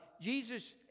Jesus